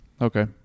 okay